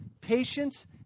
patience